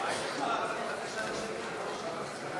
חברת הכנסת לביא, חבר הכנסת דיכטר,